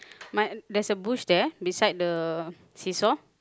mine there's a bush there beside the see-saw